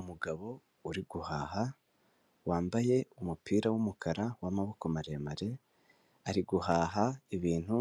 Umugabo uri guhaha wambaye umupira w'umukara w'amaboko maremare, ari guhaha ibintu